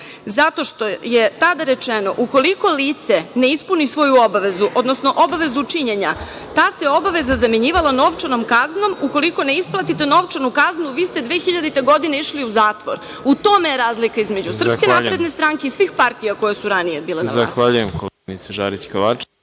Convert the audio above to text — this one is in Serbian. zato što je tada rečeno – ukoliko lice ne ispuni svoju obavezu, odnosno obavezu činjenja, ta se obaveza zamenjivala novčanom kaznom ukoliko ne isplatite novčanu kaznu, vi ste 2000. godine išli u zatvor.U tome je razlika između SNS i svih partija koje su ranije bile na vlasti. **Đorđe Milićević**